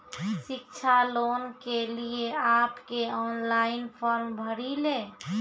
शिक्षा लोन के लिए आप के ऑनलाइन फॉर्म भरी ले?